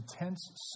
intense